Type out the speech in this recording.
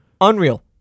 Unreal